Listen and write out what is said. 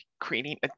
creating